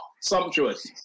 sumptuous